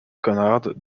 conrad